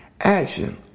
action